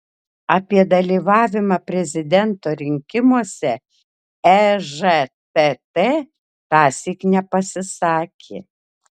apie dalyvavimą prezidento rinkimuose ežtt tąsyk nepasisakė